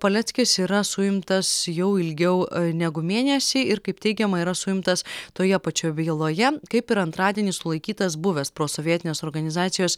paleckis yra suimtas jau ilgiau negu mėnesį ir kaip teigiama yra suimtas toje pačioje byloje kaip ir antradienį sulaikytas buvęs prosovietinės organizacijos